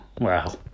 wow